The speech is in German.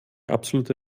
absolute